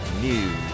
News